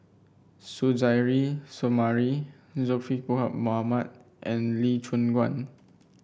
Suzairhe Sumari Zulkifli Bin Mohamed and Lee Choon Guan